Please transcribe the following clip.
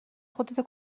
خودتو